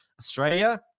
australia